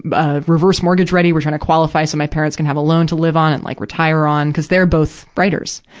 but ah, reverse-mortgage ready. we're trying to qualify so my parents can have a loan to live on and, like, retire on, cuz their both writers.